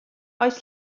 oes